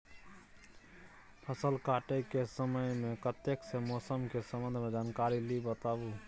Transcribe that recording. फसल काटय के समय मे कत्ते सॅ मौसम के संबंध मे जानकारी ली बताबू?